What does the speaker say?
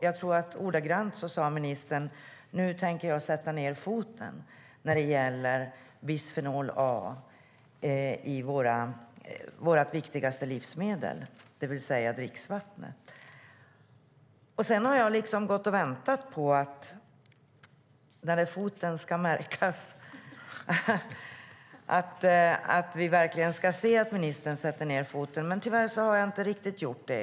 Jag tror att ministern ordagrant sade: Nu tänker jag sätta ned foten när det gäller bisfenol A i vårt viktigaste livsmedel, det vill säga dricksvattnet. Sedan har jag gått och väntat på att den där foten ska märkas och att vi verkligen ska få se att ministern sätter ned foten. Tyvärr har jag inte riktigt gjort det.